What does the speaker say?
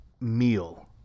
meal